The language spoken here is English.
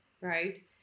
right